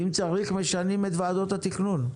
אם צריך, משנים את ועדות התכנון.